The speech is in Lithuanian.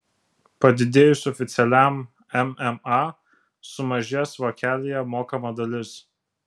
padidėjus oficialiam mma sumažės vokelyje mokama dalis